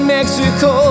Mexico